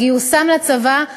לגיוסם לצבא,